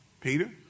Peter